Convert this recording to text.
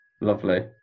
lovely